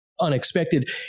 unexpected